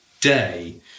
day